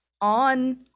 on